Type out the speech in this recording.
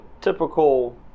typical